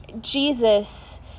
Jesus